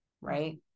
right